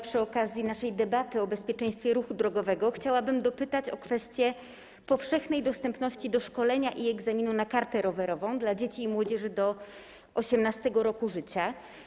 Przy okazji naszej debaty o bezpieczeństwie ruchu drogowego chciałabym dopytać o kwestię powszechnej dostępność do szkolenia i egzaminu na kartę rowerową dla dzieci i młodzieży do 18. roku życia.